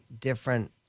different